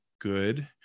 good